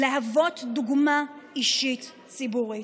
ולהוות דוגמה אישית לציבור.